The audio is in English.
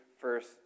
first